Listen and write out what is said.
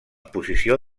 posició